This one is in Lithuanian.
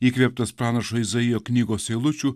įkvėptos pranašo izaijo knygos eilučių